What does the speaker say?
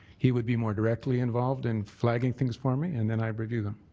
he would be more directly involved in flagging things for me and and i review them.